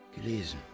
gelesen